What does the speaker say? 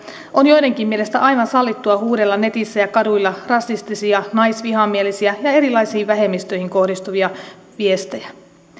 on joidenkin mielestä aivan sallittua huudella netissä ja kaduilla rasistisia naisvihamielisiä ja erilaisiin vähemmistöihin kohdistuvia viestejä